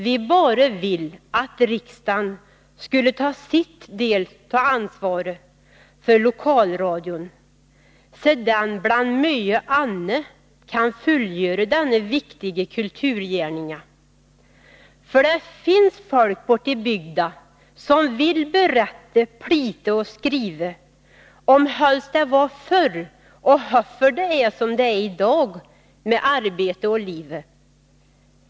Vi bare vill att riksdan skulle ta sin del tå ansvare för lokalradion, se den blann måe anne kan fullgöre denne viktige kulturgärninga. För det finns fölk borti bygda som vill berätte, plite å skrive om höls dä va förr å höfför dä ä som dä ä i dag mä arbete å live.